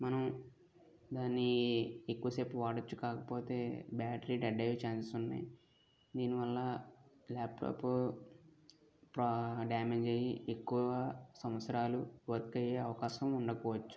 మనం దాన్ని ఎక్కువసేపు వాడచ్చు కాకపోతే బ్యాటరీ డెడ్ అయ్యే ఛాన్సెస్ ఉన్నాయి దీనివల్ల ల్యాప్టాప్ బాగా డ్యామేజ్ అయ్యి ఎక్కువ సంవత్సరాలు వర్క్ అయ్యే అవకాశం ఉండకపోవచ్చు